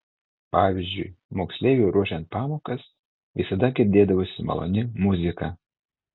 pavyzdžiui moksleiviui ruošiant pamokas visada girdėdavosi maloni muzika